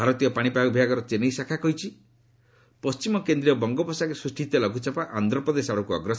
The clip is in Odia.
ଭାରତୀୟ ପାଣିପାଗ ବିଭାଗର ଚେନ୍ନାଇ ଶାଖା କହିଛି ପଣ୍ଢିମ କେନ୍ଦ୍ରୀୟ ବଙ୍ଗୋପସାଗରରେ ସୃଷ୍ଟି ହୋଇଥିବା ଲଘୁଚାପ ଆନ୍ଧ୍ରପ୍ରଦେଶ ଆଡ଼କୁ ଅଗ୍ରସର ହେଉଛି